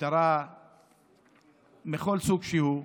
מכל סוג שהוא,